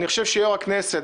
אני חושב שיושב-ראש הכנסת,